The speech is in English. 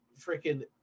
freaking